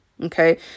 okay